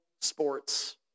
sports